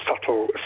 subtle